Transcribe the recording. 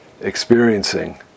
experiencing